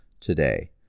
today